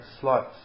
slots